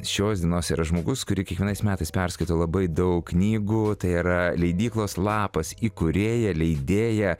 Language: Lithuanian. šios dienos yra žmogus kurį kiekvienais metais perskaito labai daug knygų tai yra leidyklos lapas įkūrėja leidėja